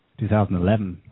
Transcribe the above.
2011